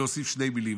להוסיף שתי מילים.